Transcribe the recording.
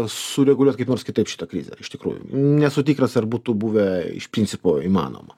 sureguliuot kaip nors kitaip šitą krizę iš tikrųjų nesu tikras ar būtų buvę iš principo įmanoma